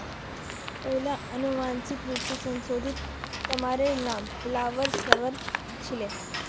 पहिला अनुवांशिक रूप स संशोधित तमातेर नाम फ्लावर सवर छीले